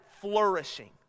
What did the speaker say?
flourishing